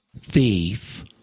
thief